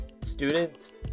Students